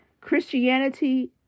Christianity